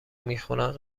میخونن